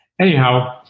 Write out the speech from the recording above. Anyhow